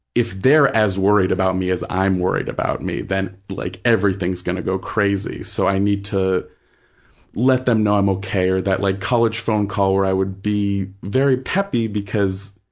if they're as worried about me as i'm worried about me, then like everything's going to go crazy, so i need to let them know i'm okay, or that like college phone call where i would be very peppy because,